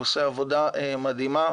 הוא עושה עבודה מדהימה,